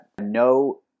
no